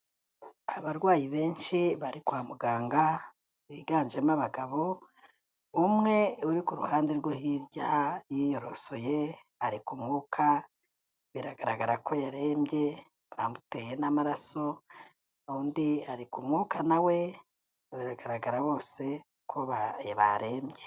Abarwayi benshi bari kwa muganga, biganjemo abagabo, umwe uri ku ruhande rweo hirya yiyorosoye, ari ku mwuka biragaragara ko yarembye, bamuteye n'amaraso, undi ari ku mwuka na we, biragaragara bose ko barembye.